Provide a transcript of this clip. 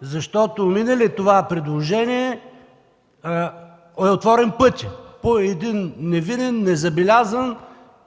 Защото мине ли това предложение е отворен пътят, по един невинен, незабелязан